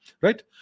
right